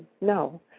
no